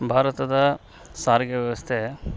ಭಾರತದ ಸಾರಿಗೆ ವ್ಯವಸ್ಥೆ